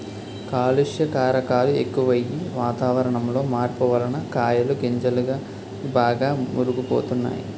కాలుష్య కారకాలు ఎక్కువయ్యి, వాతావరణంలో మార్పు వలన కాయలు గింజలు బాగా మురుగు పోతున్నాయి